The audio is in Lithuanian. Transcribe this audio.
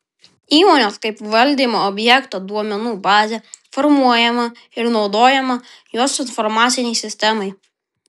įmonės kaip valdymo objekto duomenų bazė formuojama ir naudojama jos informacinei sistemai